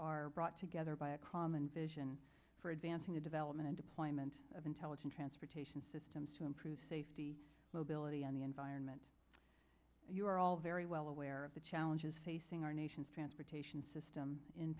are brought together by a common vision for advancing the development and deployment of intelligent transportation systems to improve safety mobility and the environment and you are all very well aware of the challenges facing our nation's transportation system in